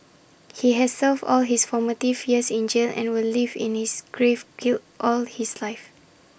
he has served all his formative years in jail and will live in this grave guilt all his life